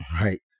right